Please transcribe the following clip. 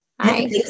Hi